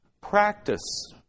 Practice